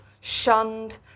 shunned